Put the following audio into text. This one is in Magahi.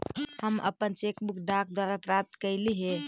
हम अपन चेक बुक डाक द्वारा प्राप्त कईली हे